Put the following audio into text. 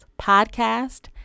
podcast